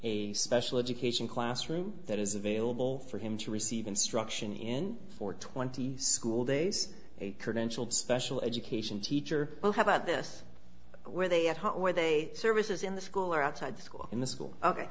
a special education classroom that is available for him to receive instruction in for twenty school days a credentialed special education teacher oh how about this where they have where they services in the school or outside school in the school